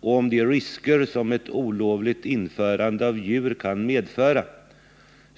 och om de risker som ett olovligt införande av djur kan medföra.